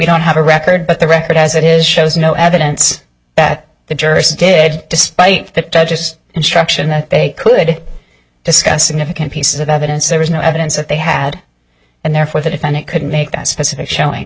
don't have a record but the record as it is shows no evidence that the jurors did despite that judge's instruction that they could discuss significant pieces of evidence there was no evidence that they had and therefore the defendant couldn't make that specific showing